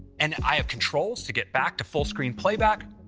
and i have controls to get back to full-screen playback,